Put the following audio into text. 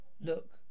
look